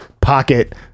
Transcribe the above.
pocket